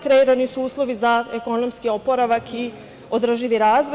Kreirani su uslovi za ekonomski oporavak i održivi razvoj.